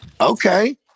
Okay